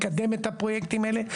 מקדם את הפרויקטים האלה,